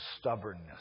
stubbornness